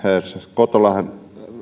kotolahden